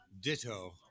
Ditto